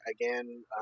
Again